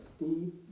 Steve